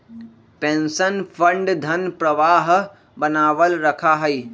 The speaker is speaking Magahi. पेंशन फंड धन प्रवाह बनावल रखा हई